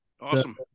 Awesome